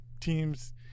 teams